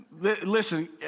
Listen